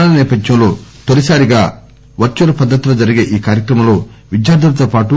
corona సేపథ్యంలో తొలిసారిగా virtual పద్దతిలో జరిగే ఈ కార్యక్రమంలో విద్యార్దులతో పాటు